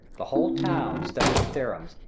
the whole town study his theorems,